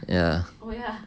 ya